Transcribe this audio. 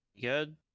good